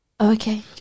Okay